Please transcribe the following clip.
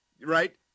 right